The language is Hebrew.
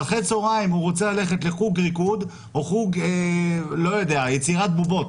ואחרי צהריים הוא רוצה ללכת לחוג ריקוד או חוג יצירת בובות,